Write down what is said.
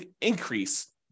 increase